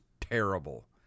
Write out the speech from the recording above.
terrible